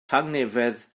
tangnefedd